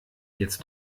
jetzt